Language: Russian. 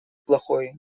плохой